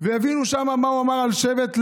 ויבינו שם מה הוא אמר על שבט לוי,